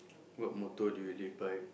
what motto do you live by